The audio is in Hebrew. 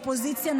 אופוזיציה,